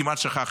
כמעט שכחתי.